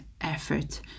effort